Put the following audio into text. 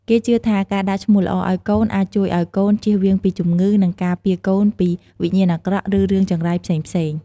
គេជឿថា ការដាក់ឈ្មោះល្អឲ្យកូនអាចជួយឲ្យកូនជៀសវាងពីជំងឺ និងការពារកូនពីវិញ្ញាណអាក្រក់ ឬរឿងចង្រៃផ្សេងៗ។